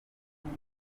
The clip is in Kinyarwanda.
buri